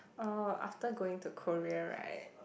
uh after going to Korea right